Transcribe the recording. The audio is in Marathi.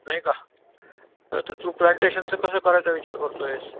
नाही का नाही तर तू प्लंटेशनचं कसं करायचा विचार करतो आहेस